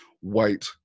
white